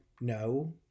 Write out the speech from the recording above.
No